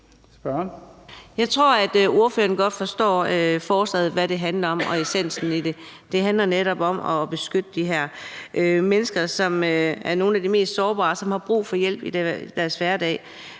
Jeg tror godt, at ordføreren forstår, hvad forslaget handler om og essensen af det. Det handler netop om at beskytte de her mennesker, som er nogle af de mest sårbare, og som har brug for hjælp i deres hverdag.